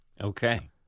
Okay